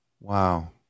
Wow